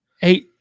hey